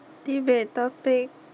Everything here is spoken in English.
debate topic